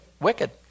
wicked